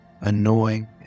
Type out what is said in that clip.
annoying